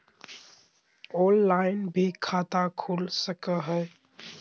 Online भी खाता खूल सके हय?